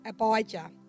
Abijah